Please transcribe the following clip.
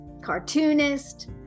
cartoonist